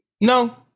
No